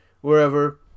wherever